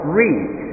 read